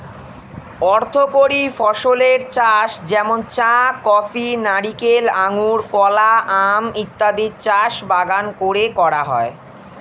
অর্থকরী ফসলের চাষ যেমন চা, কফি, নারিকেল, আঙুর, কলা, আম ইত্যাদির চাষ বাগান করে করা হয়